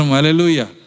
Hallelujah